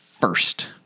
first